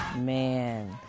Man